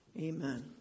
Amen